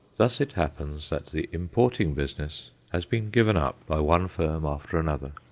thus it happens that the importing business has been given up by one firm after another.